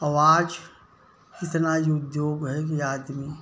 और आज इतना जो उद्योग है कि आदमी